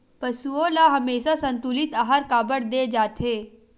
पशुओं ल हमेशा संतुलित आहार काबर दे जाथे?